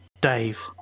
Dave